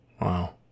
Wow